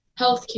healthcare